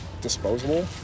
disposable